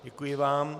Děkuji vám.